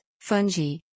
fungi